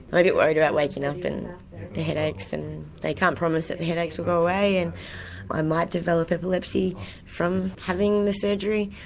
i get worries about waking up and the headaches and. they can't promise that the and headaches will go away and i might develop epilepsy from having the surgery,